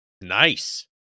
Nice